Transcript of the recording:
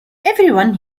everyone